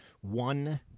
one